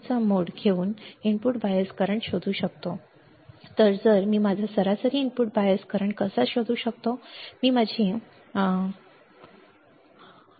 तर मी माझा सरासरी इनपुट बायस करंट कसा शोधू शकतो मी माझा सरासरी इनपुट बायस करंट कसा शोधू शकतो ठीक आहे